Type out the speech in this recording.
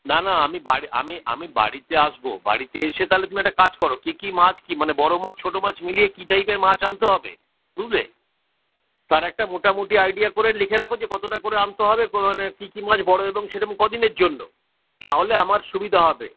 না না আমি বার আমি আমি বাড়িতে আসবো বাড়িতে এসে তালে তুমি একটা কাজ করো কী কী মাছ কী মানে বড়ো মাছ ছোটো মাছ মিলিয়ে কী সাইজের মাছ আনতে হবে বুঝলে তার একটা মোটামুটি আইডিয়া করে লিখে রাখো যে কতোটা করে আনতে হবে কো মানে কী কী মাছ বড়ো এবং সেরম ক দিনের জন্য তাহলে আমার সুবিধা হবে